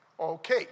Okay